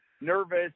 nervous